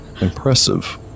impressive